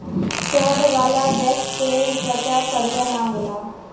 शहद वाला वैक्स से त्वचा करिया ना होला